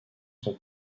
son